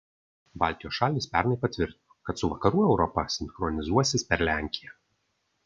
baltijos šalys pernai patvirtino kad su vakarų europa sinchronizuosis per lenkiją